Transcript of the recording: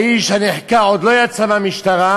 האיש הנחקר עוד לא יצא מהמשטרה,